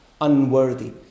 unworthy